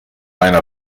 einer